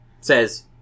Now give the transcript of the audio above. Says